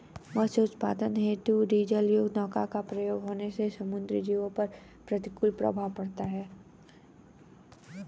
मत्स्य उत्पादन हेतु डीजलयुक्त नौका का प्रयोग होने से समुद्री जीवों पर प्रतिकूल प्रभाव पड़ता है